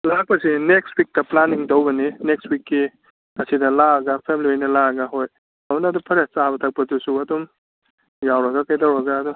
ꯂꯥꯛꯄꯁꯤ ꯅꯦꯛꯁ ꯋꯤꯛꯇ ꯄ꯭ꯂꯥꯟꯅꯤꯡ ꯇꯧꯕꯅꯤ ꯅꯦꯛꯁ ꯋꯤꯛꯀꯤ ꯑꯁꯤꯗ ꯂꯥꯛꯑꯒ ꯐꯦꯃꯤꯂꯤ ꯂꯣꯏꯅ ꯂꯥꯛꯑꯒ ꯍꯣꯏ ꯑꯗꯨꯅꯗꯨꯝ ꯐꯔꯦ ꯆꯥꯕ ꯊꯛꯄꯗꯨꯁꯨ ꯑꯗꯨꯝ ꯌꯥꯎꯔꯒ ꯀꯩꯗꯧꯔꯒ ꯑꯗꯣ